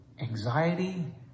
anxiety